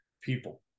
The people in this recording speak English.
people